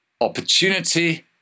opportunity